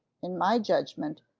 in my judgment,